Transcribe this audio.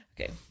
Okay